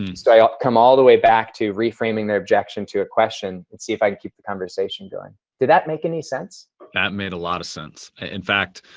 um so i ah come all the way back to reframing their objection to a question and see if i can keep the conversation going. did that make any sense? brad that made a lot of sense. in fact,